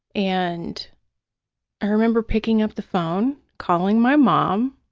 and i remember picking up the phone, calling my mom,